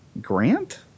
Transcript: grant